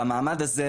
במעמד הזה,